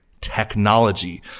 Technology